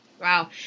Wow